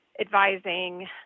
advising